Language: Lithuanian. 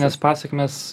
nes pasekmės